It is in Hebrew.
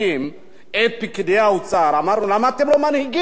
את פקידי האוצרו: למה אתם לא מנהיגים,